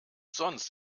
sonst